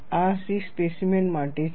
આ C specimen માટે છે